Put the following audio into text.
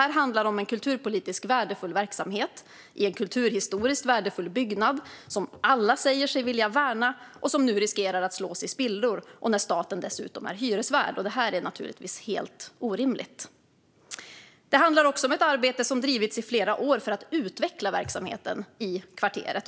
Det handlar om en kulturpolitiskt värdefull verksamhet i en kulturhistoriskt värdefull byggnad som alla säger sig vilja värna och som nu riskerar att slås i spillror, och det dessutom när staten är hyresvärd. Det är naturligtvis helt orimligt. Det handlar också om ett arbete som har drivits i flera år för att utveckla verksamheten i kvarteret.